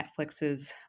Netflix's